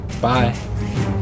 Bye